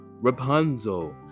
Rapunzel